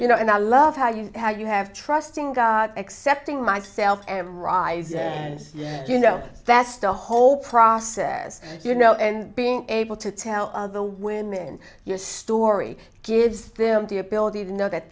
you know and i love how you how you have trusting god accepting myself every rise and you know that's the whole process you know and being able to tell the women in your story gives them the ability to know that